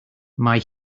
mae